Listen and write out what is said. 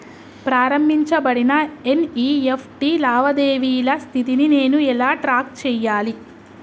ప్రారంభించబడిన ఎన్.ఇ.ఎఫ్.టి లావాదేవీల స్థితిని నేను ఎలా ట్రాక్ చేయాలి?